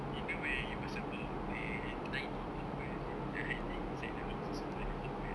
in a way it was about they tiny people they were like hiding inside the houses of other people